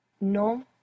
No